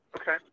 Okay